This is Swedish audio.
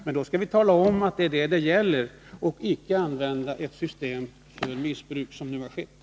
Men är det fråga om omfördelning skall man tala om att det är detta som saken gäller.